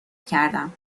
کردم